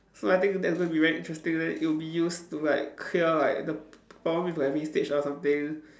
so I think that's going to be very interesting then it'll be used to like clear like the p~ problem with like wastage or something